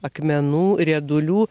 akmenų riedulių